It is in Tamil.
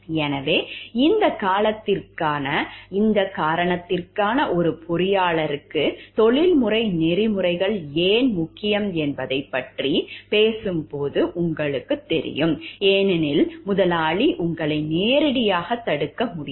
எனவே இந்த காரணத்திற்காக ஒரு பொறியாளருக்கு தொழில்முறை நெறிமுறைகள் ஏன் முக்கியம் என்பதைப் பற்றி நீங்கள் பேசும்போது உங்களுக்குத் தெரியும் ஏனெனில் முதலாளி உங்களை நேரடியாகத் தடுக்க முடியாது